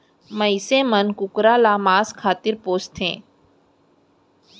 मनसे मन कुकरा ल मांस खातिर पोसथें